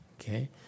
okay